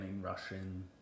Russian